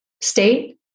state